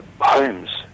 homes